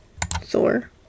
Thor